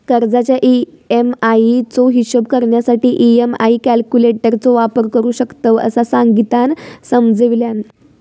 कर्जाच्या ई.एम्.आई चो हिशोब करण्यासाठी ई.एम्.आई कॅल्क्युलेटर चो वापर करू शकतव, असा संगीतानं समजावल्यान